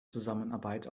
zusammenarbeit